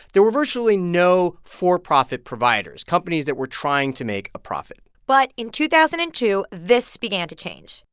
there were virtually no for-profit providers, companies that were trying to make a profit but in two thousand and two, this began to change.